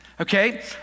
okay